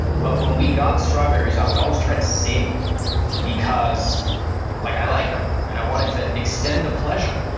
but when we got strawberries i would always try to save them because like i liked them and i wanted to extend the pleasure.